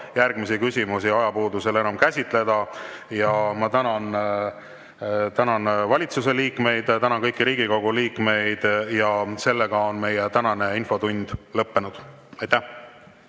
järgmisi küsimusi ajapuudusel enam käsitleda. Ma tänan valitsuse liikmeid, tänan kõiki Riigikogu liikmeid. Meie tänane infotund on lõppenud. Aitäh!